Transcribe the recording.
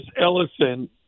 Ellison